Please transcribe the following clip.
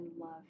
love